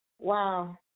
Wow